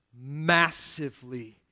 massively